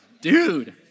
Dude